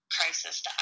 crisis